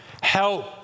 Help